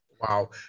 wow